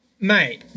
Mate